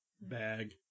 bag